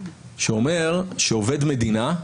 שאומר שעובד מדינה,